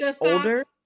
Older